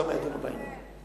שם ידונו בעניין.